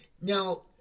Now